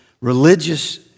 religious